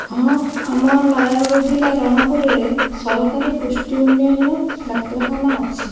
ହଁ ଆମ ନୟାଗଡ଼ ଜିଲ୍ଲା ରଣପୁରରେ ସରକାରୀ ଗୋଷ୍ଠୀ ଉନ୍ନୟନ ଡାକ୍ତରଖାନା ଅଛି